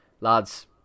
Lads